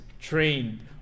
trained